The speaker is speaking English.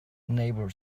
neighbor